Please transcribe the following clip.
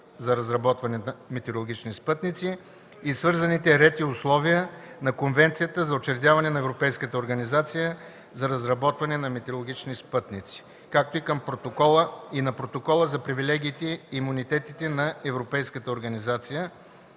за разработване на метеорологични спътници и свързаните ред и условия, на Конвенцията за учредяване на Европейската организация за разработване на метеорологични спътници и на Протокола за привилегиите и имунитетите на Европейската организация